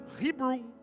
Hebrew